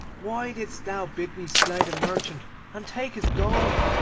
why didst thou bid me slay the merchant and take his gold?